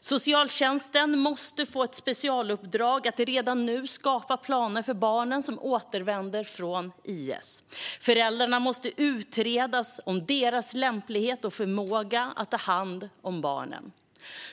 Socialtjänsten måste få ett specialuppdrag att redan nu skapa planer för barnen som återvänder från IS. Föräldrarnas lämplighet och förmåga att ta hand om barnen måste utredas.